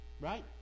Right